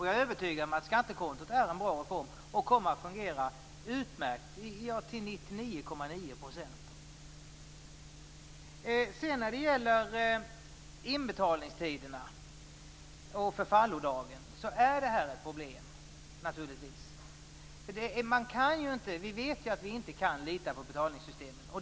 Jag är övertygad om att skattekontot är en bra reform och kommer att fungera utmärkt till 99,9 %. När det sedan gäller inbetalningstiden och förfallodagen är det naturligtvis problem. Vi vet att vi inte kan lita på betalningssystemen.